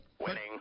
Winning